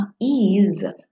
ease